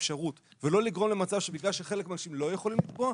האפשרות ולא לגרום למצב שבכלל שחלק מהאנשים לא יכולים לתבוע,